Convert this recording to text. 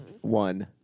One